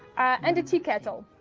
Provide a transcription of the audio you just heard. and a tea kettle.